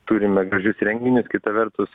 turime gražius renginius kita vertus